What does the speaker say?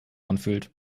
anfühlt